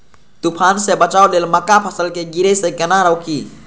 तुफान से बचाव लेल मक्का फसल के गिरे से केना रोकी?